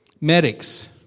medics